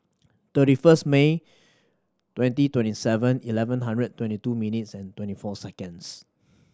thirty first May twenty twenty Seven Eleven hundred twenty two minutes and twenty four seconds